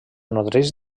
nodreix